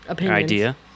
idea